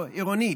עירונית.